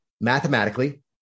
mathematically